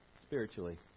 spiritually